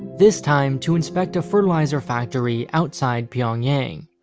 this time, to inspect a fertilizer factory outside pyongyang.